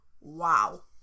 wow